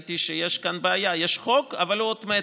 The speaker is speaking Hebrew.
ראיתי שיש כאן בעיה: יש חוק, אבל הוא אות מתה.